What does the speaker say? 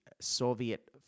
Soviet